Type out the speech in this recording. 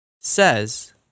says